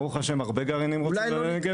ברוך השם, הרבה גרעינים רוצים לנגב.